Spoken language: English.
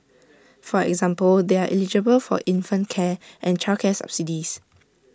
for example they are eligible for infant care and childcare subsidies